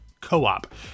Co-op